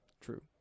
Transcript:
True